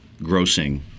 grossing